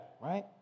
Right